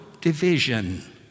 division